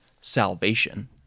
salvation